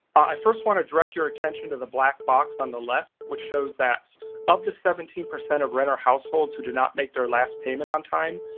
i first want to direct your attention to the black box on the left which shows that of the seventeen percent of renter households who did not make their last payment on time,